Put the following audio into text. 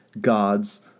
God's